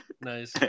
Nice